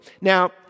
Now